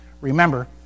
remember